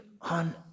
on